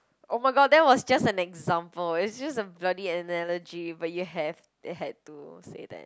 oh-my-god that was just an example is just a bloody analogy but you have you had to say that